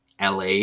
LA